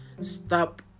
stop